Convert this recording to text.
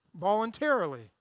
Voluntarily